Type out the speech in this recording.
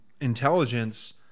intelligence